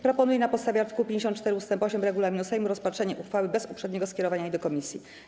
Proponuję, na podstawie art. 54 ust. 8 regulaminu Sejmu, rozpatrzenie uchwały bez uprzedniego skierowania jej do komisji.